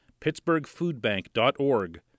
pittsburghfoodbank.org